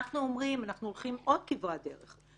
אנחנו הולכים עוד כברת דרך,